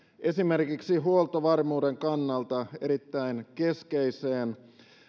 esimerkiksi huoltovarmuuden kannalta erittäin keskeiseen